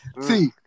See